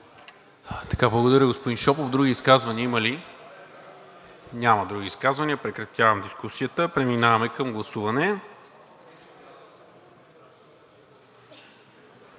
Благодаря, господин Шопов. Други изказвания има ли? Няма. Прекратявам дискусията. Преминаваме към гласуване.